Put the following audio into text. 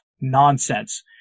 nonsense